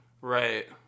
Right